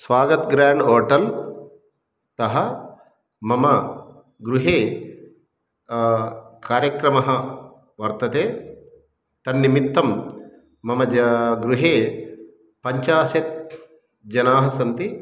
स्वागतं grand hotel तः मम गृहे कार्यक्रमः वर्तते तन्निमित्तं मम या गृहे पञ्चाशत् जनाः सन्ति